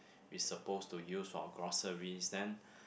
we supposed to use for groceries then